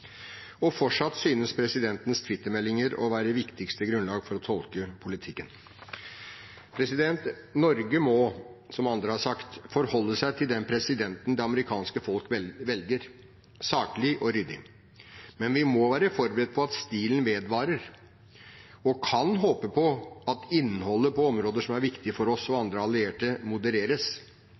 Fortsatt synes presidentens twittermeldinger å være viktigste grunnlag for å tolke politikken. Norge må, som andre har sagt, forholde seg til den presidenten det amerikanske folk velger, saklig og ryddig. Men vi må være forberedt på at stilen vedvarer, og vi kan håpe at innholdet på områder som er viktig for oss og andre allierte, modereres.